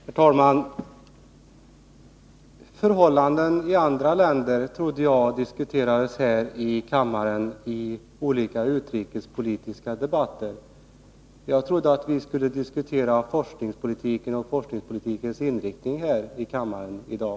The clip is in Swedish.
Herr talman! Förhållanden i andra länder trodde jag diskuterades i olika utrikespolitiska debatter. Jag trodde att vi skulle diskutera forskningspolitiken och dess inriktning här i kammaren i dag.